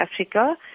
Africa